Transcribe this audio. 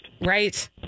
Right